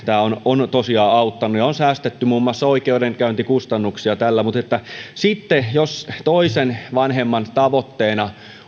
tämä on on tosiaan auttanut ja tällä on säästetty muun muassa oikeudenkäyntikustannuksia mutta jos toisen vanhemman tavoitteena